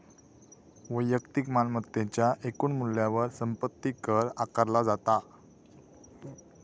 वैयक्तिक मालमत्तेच्या एकूण मूल्यावर संपत्ती कर आकारला जाता